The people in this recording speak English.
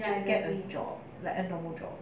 sad old job like a normal job